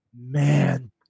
man